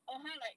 or 它 like